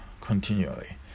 continually